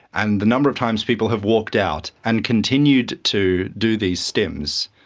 and the number of times people have walked out and continued to do these stims